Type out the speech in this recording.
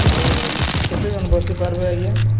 ଆଉ କେତେ ଜଣ୍ ବସି ପାର୍ବେ ଆଜ୍ଞା